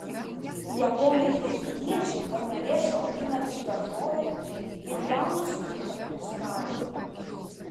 japonai ir kiniečiai varnalėšą augina kaip daržovę ir jaunas jų šaknis valgo